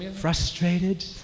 frustrated